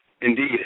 Indeed